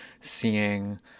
seeing